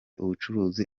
ubucuruzi